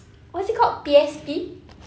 what's it called P_S_P